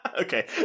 Okay